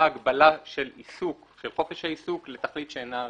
הגבלה של חופש העיסוק לתכלית שאינה ראויה.